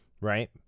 right